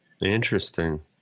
Interesting